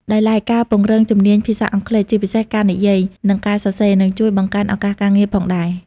ដោយឡែកការពង្រឹងជំនាញភាសាអង់គ្លេស ជាពិសេសការនិយាយ និងការសរសេរ នឹងជួយបង្កើនឱកាសការងារផងដែរ។